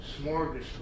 smorgasbord